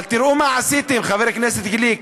אבל תראו מה עשיתם, חבר הכנסת גליק.